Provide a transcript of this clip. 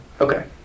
Okay